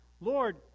Lord